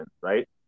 right